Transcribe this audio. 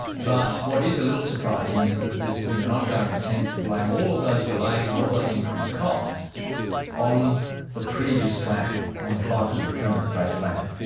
but what is a little surprising is that there's been an ongoing attempt to blame all of those delays and all those increased costs on the previous plan, on the fibre-to-the-premise base plan.